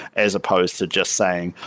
as supposed to just saying,